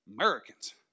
Americans